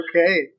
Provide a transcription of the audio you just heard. okay